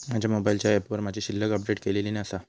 माझ्या मोबाईलच्या ऍपवर माझी शिल्लक अपडेट केलेली नसा